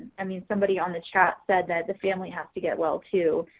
i mean somebody on the chat said that the family have to get well too,